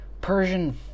Persian